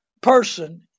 person